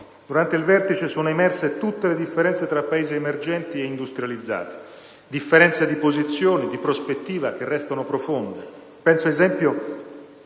durante il Vertice sono emerse tutte le differenze tra Paesi emergenti e industrializzati; differenze di posizioni e di prospettiva, che restano profonde. Penso, ad esempio,